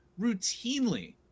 routinely